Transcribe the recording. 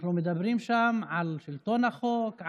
אנחנו מדברים שם על שלטון החוק.